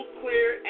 clear